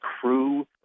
crew